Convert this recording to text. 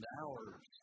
hours